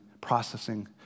processing